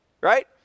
right